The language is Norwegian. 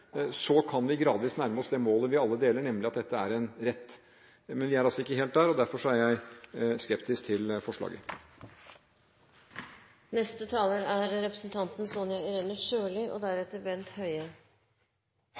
så kan vi gradvis nærme oss det målet vi alle deler, nemlig at dette er en rett. Men vi er altså ikke helt der, og derfor er jeg skeptisk til forslaget. Jeg vil avslutningsvis i denne debatten si litt mer om velferdsteknologi. Høyre har både nasjonalt og